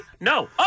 no